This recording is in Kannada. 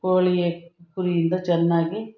ಕೋಳಿ ಕುರಿಯಿಂದ ಚೆನ್ನಾಗಿ